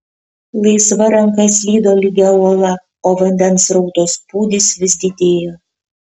laisva ranka slydo lygia uola o vandens srauto spūdis vis didėjo